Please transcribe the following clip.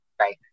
Right